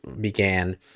began